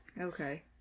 Okay